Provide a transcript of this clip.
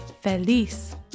feliz